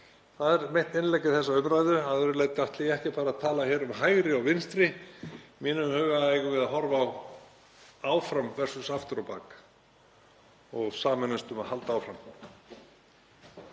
Það er mitt innlegg í þessa umræðu. Að öðru leyti ætla ég ekki að fara að tala um hægri og vinstri. Í mínum huga eigum við að horfa á áfram versus aftur á bak og sameinast um að halda áfram.